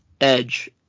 Edge